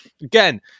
Again